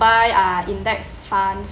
buy ah index funds